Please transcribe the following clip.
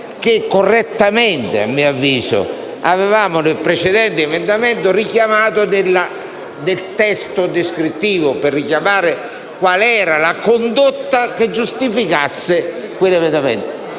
che correttamente a mio avviso avevamo richiamato nel precedente emendamento, del testo descrittivo per richiamare qual era la condotta che giustificasse quell'emendamento.